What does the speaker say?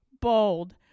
bold